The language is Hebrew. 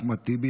אחמד טיבי,